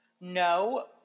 No